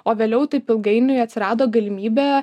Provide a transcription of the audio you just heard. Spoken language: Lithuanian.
o vėliau taip ilgainiui atsirado galimybė